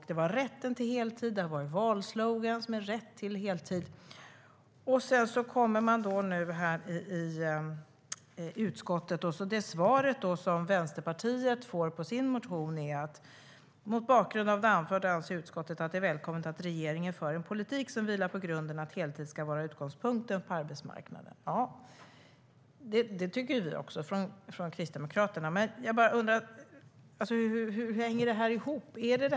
Det gäller rätten till heltid. Det har varit valslogan på valslogan om rätt till heltid. Sedan kommer man till behandlingen i utskottet. Det svar som Vänsterpartiet får på sin motion är: "Mot bakgrund av det anförda anser utskottet att det är välkommet att regeringen för en politik som vilar på grunden att heltid ska vara utgångspunkten på arbetsmarknaden. "Det tycker också vi från Kristdemokraterna. Men jag undrar hur det hänger ihop.